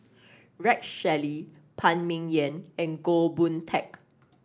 Rex Shelley Phan Ming Yen and Goh Boon Teck